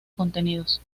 contenidos